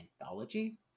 anthology